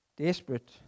desperate